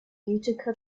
utica